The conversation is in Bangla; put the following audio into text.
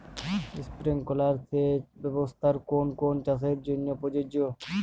স্প্রিংলার সেচ ব্যবস্থার কোন কোন চাষের জন্য প্রযোজ্য?